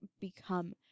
become